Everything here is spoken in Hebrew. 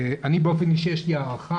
לי באופן אישי יש הערכה,